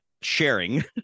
sharing